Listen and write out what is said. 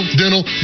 dental